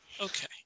Okay